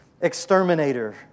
exterminator